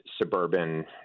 suburban